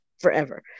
forever